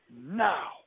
now